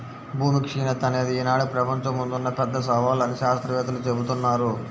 భూమి క్షీణత అనేది ఈనాడు ప్రపంచం ముందున్న పెద్ద సవాలు అని శాత్రవేత్తలు జెబుతున్నారు